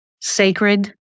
sacred